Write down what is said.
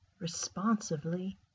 responsively